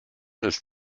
ist